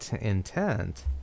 intent